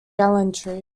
gallantry